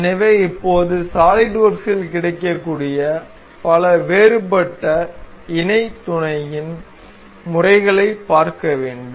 எனவே இப்போது சாலிட்வொர்க்ஸில் கிடைக்கக்கூடிய பல வேறுபட்ட இணை துணையின் முறைகளைப் பார்க்க வேண்டும்